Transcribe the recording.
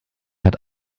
hat